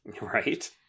Right